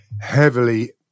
heavily